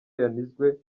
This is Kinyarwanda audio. yanizwe